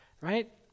right